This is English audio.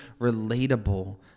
relatable